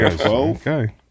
Okay